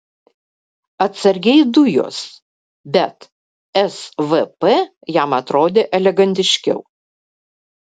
atsargiai dujos bet svp jam atrodė elegantiškiau